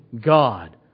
God